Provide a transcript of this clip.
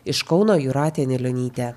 iš kauno jūratė anilionytė